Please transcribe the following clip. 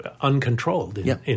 uncontrolled